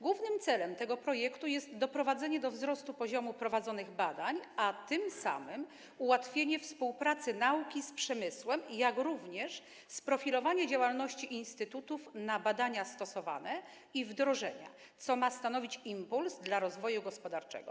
Głównym celem tego projektu jest doprowadzenie do wzrostu poziomu prowadzonych badań, a tym samym ułatwienie współpracy nauki z przemysłem, jak również sprofilowanie działalności instytutów, jeżeli chodzi o badania stosowane i wdrożenia, co ma stanowić impuls do rozwoju gospodarczego.